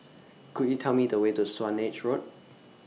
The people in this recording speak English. Could YOU Tell Me The Way to Swanage Road